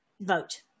vote